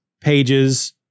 pages